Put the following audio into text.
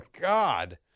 God